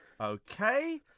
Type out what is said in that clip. Okay